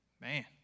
Man